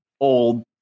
old